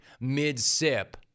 mid-sip